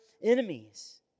enemies